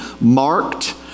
marked